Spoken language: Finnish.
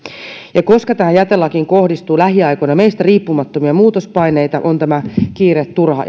ja koska tähän jätelakiin kohdistuu lähiaikoina meistä riippumattomia muutospaineita on tämä kiire turha